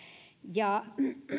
ja